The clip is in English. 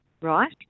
right